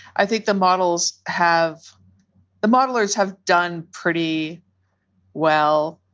i think the models have the models have done pretty well.